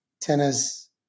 tennis